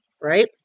right